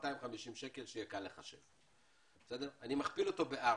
1,250 שקל כדי שיהיה קל לחשב, אני מכפיל אותו ב-4,